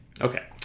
Okay